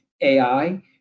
AI